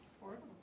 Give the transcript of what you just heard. Portable